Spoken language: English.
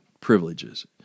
privileges